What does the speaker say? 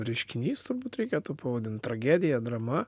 reiškinys turbūt reikėtų pavadint tragedija drama